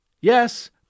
yes